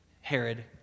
Herod